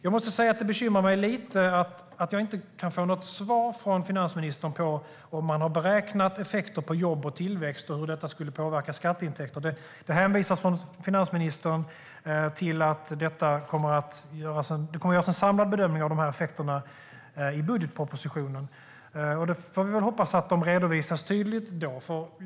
Jag måste säga att det bekymrar mig lite grann att jag inte kan få något svar från finansministern på om man har beräknat effekter på jobb och tillväxt och hur detta skulle påverka skatteintäkter. Det hänvisas från finansministern till att det kommer att göras en samlad bedömning av dessa effekter i budgetpropositionen. Vi får hoppas att de redovisas tydligt då.